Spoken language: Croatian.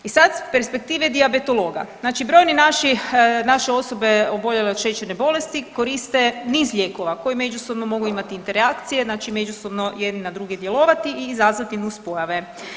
I sad s perspektive dijabetologa znači brojni naši, naše osobe oboljele od šećerne bolesti koriste niz lijekova koji međusobno mogu imati interakcije, znači međusobno jedni na druge djelovati i izazvati nuspojave.